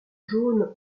jaune